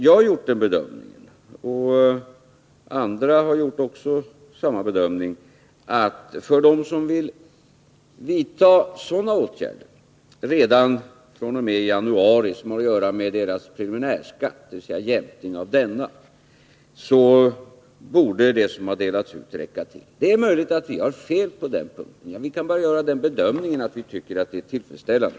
Jag har gjort den bedömningen, och det har andra också gjort, att för dem som redan fr.o.m. januari vill vidta åtgärder som har att göra med jämkning av deras preliminärskatt borde det material som har delats ut räcka till. Det är möjligt att vi har fel på den punkten.